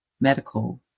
medical